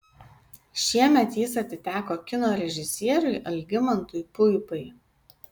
šiemet jis atiteko kino režisieriui algimantui puipai